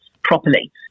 properly